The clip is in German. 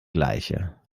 gleiche